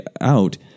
out